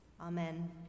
Amen